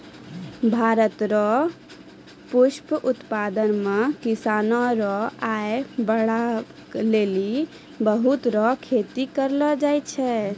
भारत रो पुष्प उत्पादन मे किसानो रो आय बड़हाबै लेली फूल रो खेती करलो जाय छै